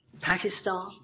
Pakistan